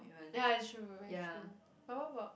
ya it's true very true but what about